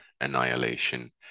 annihilation